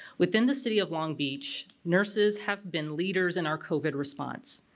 within the city of long beach nurses have been leaders in our covid response.